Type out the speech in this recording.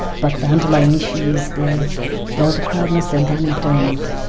but the underlying issue is the the overcrowdedness and the unemployment.